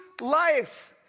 life